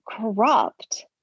corrupt